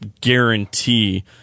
guarantee